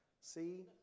See